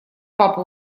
папа